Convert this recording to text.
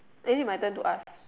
is it my turn to ask